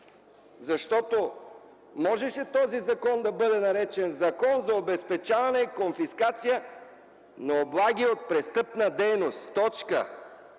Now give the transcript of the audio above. закон можеше да бъде наречен Закон за обезпечаване и конфискация, на облаги от престъпна дейност, точка?!